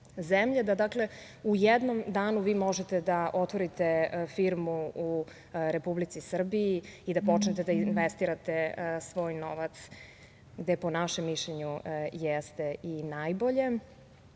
da u jednom danu možete da otvorite firmu u Republici Srbiji i da počnete da investirate svoj novac, gde po našem mišljenju jeste i najbolje. Ono